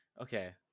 Okay